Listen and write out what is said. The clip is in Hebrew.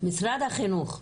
משרד החינוך,